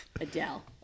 adele